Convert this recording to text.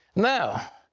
now,